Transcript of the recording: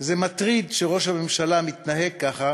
זה מטריד שראש הממשלה מתנהג ככה.